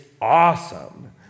awesome